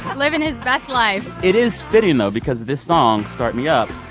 living his best life it is fitting, though, because this song, start me up,